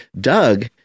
Doug